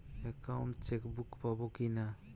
Account chequebook পাবো কি না?